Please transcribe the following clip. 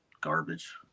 garbage